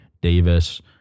Davis